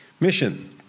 Mission